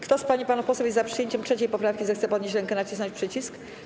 Kto z pań i panów posłów jest za przyjęciem 3. poprawki, zechce podnieść rękę i nacisnąć przycisk.